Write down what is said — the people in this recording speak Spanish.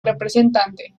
representante